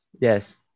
Yes